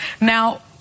Now